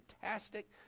fantastic